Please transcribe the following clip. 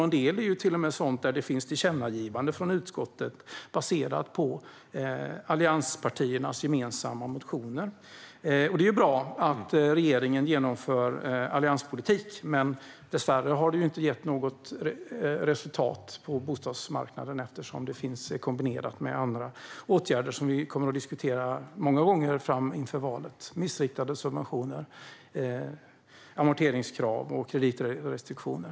En del är till och med sådant där det finns ett tillkännagivande från utskottet som är baserat på allianspartiernas gemensamma motioner. Det är ju bra att regeringen genomför allianspolitik. Dessvärre har det dock inte gett något resultat på bostadsmarknaden, eftersom det har kombinerats med andra åtgärder som vi kommer att diskutera många gånger inför valet: missriktade subventioner, amorteringskrav och kreditrestriktioner.